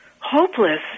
hopeless